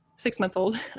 six-month-old